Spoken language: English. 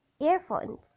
earphones